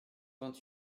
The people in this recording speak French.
vingt